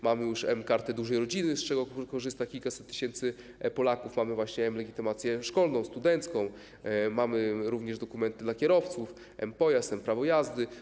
Mamy już mKartę Dużej Rodziny, z czego korzysta kilkaset tysięcy Polaków, mamy też mLegitymację szkolną, studencką, mamy również dokumenty dla kierowców: mPojazd, mPrawo jazdy.